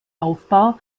aufbau